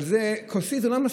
אבל כוסית זה לא מספיק,